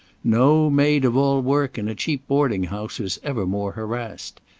no maid-of-all-work in a cheap boarding-house was ever more harassed.